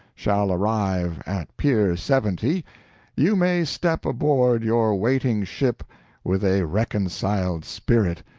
shall arrive at pier seventy you may step aboard your waiting ship with a reconciled spirit,